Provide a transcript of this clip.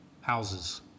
houses